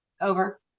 Over